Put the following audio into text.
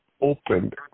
opened